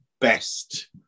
best